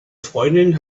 freundin